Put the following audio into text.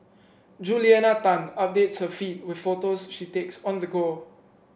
Juliana Tan updates her feed with photos she takes on the go